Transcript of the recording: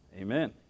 amen